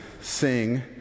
sing